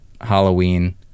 Halloween